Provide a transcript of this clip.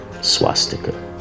swastika